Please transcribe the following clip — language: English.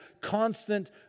constant